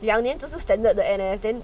两年只是 standard the N_S then